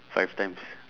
five times